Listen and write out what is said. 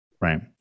Right